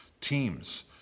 teams